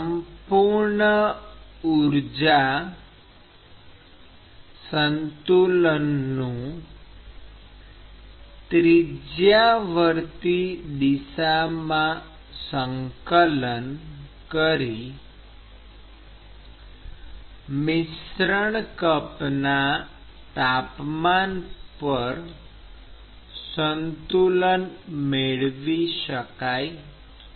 સંપૂર્ણ ઊર્જા સંતુલનનું ત્રિજ્યાવર્તી દિશામાં સંકલન કરી મિશ્રણ કપના તાપમાન પર સંતુલન મેળવી શકાય છે